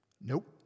Nope